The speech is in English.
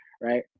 right